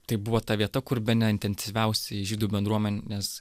tai buvo ta vieta kur bene intensyviausiai žydų bendruomenės